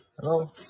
Hello